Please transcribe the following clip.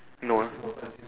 no ah